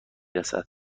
رسد